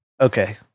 Okay